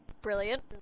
Brilliant